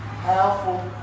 powerful